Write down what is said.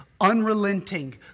unrelenting